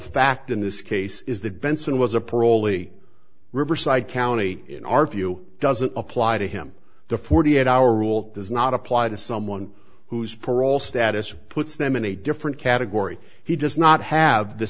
fact in this case is that benson was a parolee riverside county in our view doesn't apply to him the forty eight hour rule does not apply the someone whose parole status puts them in a different category he does not have the